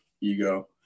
ego